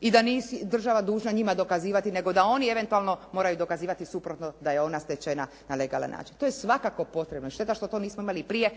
i da nije država dužna njima dokazivati, nego da oni eventualno moraju dokazivati suprotno da je ona stečena na legalan način. To je svakako potrebno. Šteta što to nismo imali prije